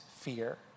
fear